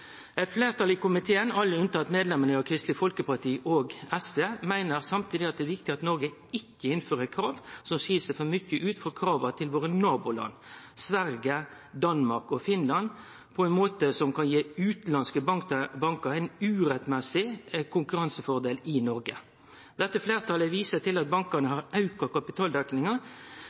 Eit fleirtal i komiteen – alle unntatt medlemane frå Kristeleg Folkeparti og SV – meiner samtidig at det er viktig at Noreg ikkje innfører krav som skil seg for mykje ut frå krava til våre naboland, Sverige, Danmark og Finland, og på ein måte som kan gi utanlandske bankar ein urettmessig konkurransefordel i Noreg. Dette fleirtalet viser til at bankane har auka kapitaldekninga